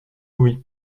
oui